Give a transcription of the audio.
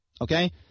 Okay